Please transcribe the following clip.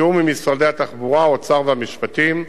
בתיאום עם משרדי התחבורה, האוצר והמשפטים.